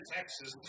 Texas